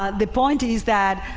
ah the point is that